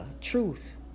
truth